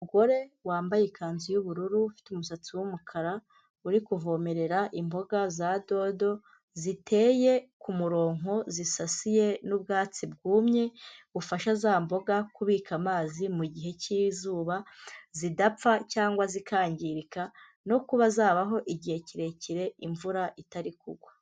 Umugore wambaye ikanzu yubururu ufite umusatsi w'umukara uri kuvomerera imboga za dodo ziteye kumurongo zisasiye n'ubwatsi bwumye bufasha za mboga kubika amazi mugihe kizuba zidapfa cyangwa zikangirika no kuba zabaho igihe kirekire imvura itari kugwa.